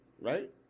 right